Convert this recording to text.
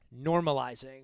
normalizing